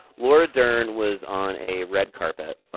laura dern was on a red carpet,